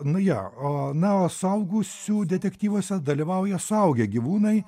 nu jo o na o suaugusių detektyvuose dalyvauja suaugę gyvūnai